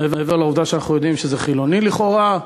מעבר לעובדה שאנחנו יודעים שזה חילוני לכאורה,